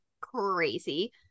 Crazy